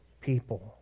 people